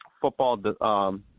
Football